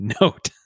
note